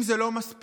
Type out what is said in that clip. אם זה לא מספיק,